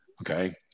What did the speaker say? Okay